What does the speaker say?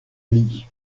lit